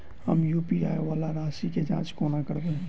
हम यु.पी.आई वला राशि केँ जाँच कोना करबै?